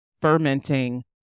fermenting